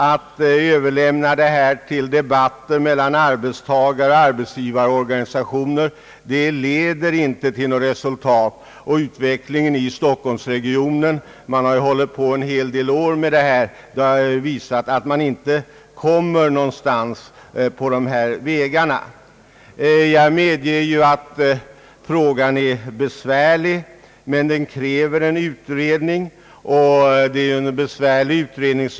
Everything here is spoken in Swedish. Att överlämna denna fråga till debatter mellan arbetstagaroch arbetsgivarorganisationer ger inte något resultat. I stockholmsregionen har sådana diskussioner förts en hel del år, men utvecklingen har visat att det tillvägagångssättet inte leder någonstans. Jag medger att frågan är besvärlig och att den av motionärerna önskade utredningen får en besvärlig uppgift.